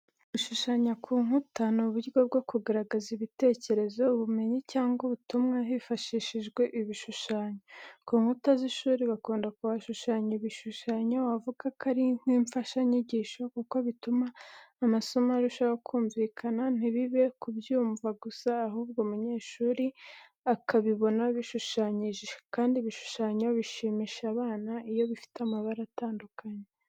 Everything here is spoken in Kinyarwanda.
Gushushanya ku nkuta ni uburyo bwo kugaragaza ibitekerezo, ubumenyi, cyangwa ubutumwa hifashishijwe ibishushanyo. Ku nkuta z'ishuri bakunda kuhashushanya ibishushanyo wavuga ko ari nk'imfashanyigisho kuko bituma amasomo arushaho kumvikana, ntibibe kubyumva gusa ahubwo umunyeshuri akabibona bishushanyije, kandi ibishushanyo bishimisha abana iyo bifite amabara atandukanye.